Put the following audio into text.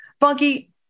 Funky